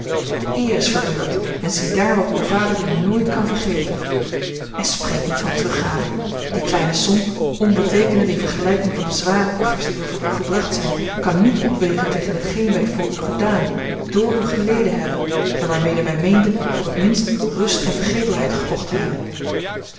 de eer is verbeurd en ziedaar wat uw vader u nooit kan vergeven en spreek niet van teruggave die kleine som onbeteekenend in vergelijking van de zware offers die er voor u gebracht zijn kan niet opwegen tegen hetgeen wij voor u gedaan door u geleden hebben en waarmede wij meenden voor t minst rust en vergetelheid gekocht te hebben